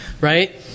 Right